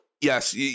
yes